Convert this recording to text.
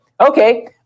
Okay